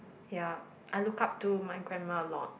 ya I look up to my grandma a lot